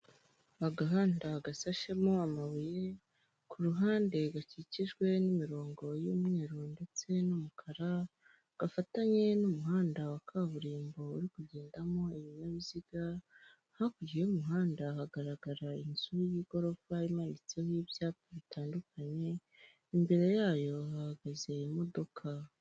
Agahanda gasashemo amabuye ku ruhande gakikijwe n'imirongo y'umweru ndetse n'umukara gafatanye n'umuhanda wa kaburimbo uri kugendamo ibinyabiziga, hakurya y'umuhanda hagaragara inzu y'igorofa imanitseho ibyapa bitandukanye, imbere yayo hahagaze imodoka.